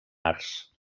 arts